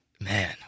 Man